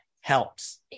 helps